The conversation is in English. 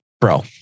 bro